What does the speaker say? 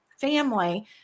family